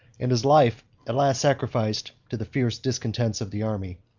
and his life at last sacrificed to the fierce discontents of the army.